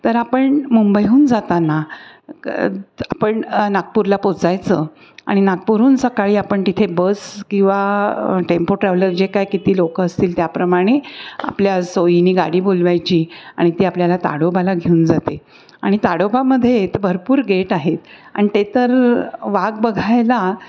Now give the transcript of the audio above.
तर आपण मुंबईहून जाताना क आपण नागपूरला पोहोचायचं आणि नागपूरून सकाळी आपण तिथे बस किंवा टेम्पो ट्रॅव्हलर जे काय किती लोक असतील त्याप्रमाणे आपल्या सोईने गाडी बोलवायची आणि ती आपल्याला ताडोबाला घेऊन जाते आणि ताडोबामध्ये भरपूर गेट आहेत आणि ते तर वाघ बघायला